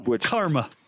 Karma